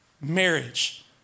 marriage